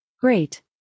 Great